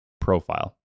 profile